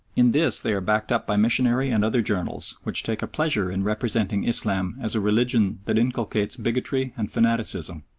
in this they are backed up by missionary and other journals, which take a pleasure in representing islam as a religion that inculcates bigotry and fanaticism.